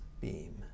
beam